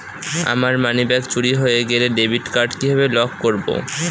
আমার মানিব্যাগ চুরি হয়ে গেলে ডেবিট কার্ড কিভাবে লক করব?